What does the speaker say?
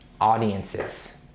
audiences